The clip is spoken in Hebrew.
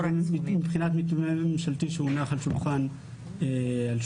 -- מבחינת מתווה ממשלתי שהונח על שולחן הכנסת,